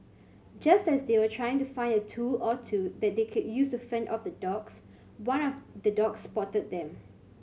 just as they were trying to find a tool or two that they could use to fend off the dogs one of the dogs spotted them